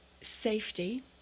safety